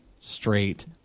straight